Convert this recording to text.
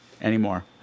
anymore